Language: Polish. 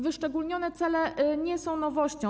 Wyszczególnione cele nie są nowością.